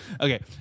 Okay